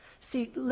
See